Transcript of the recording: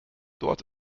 dort